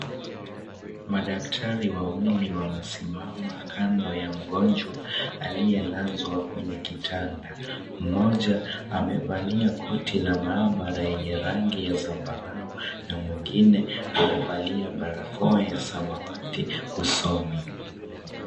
Madaktari wawili wamesimama kando ya mgonjwa aliyelazwa kwenye kitanda, mmoja amevalia koti la maabara lenye rangi ya zambarau na mwingine amevalia barakoa ya samawati usoni.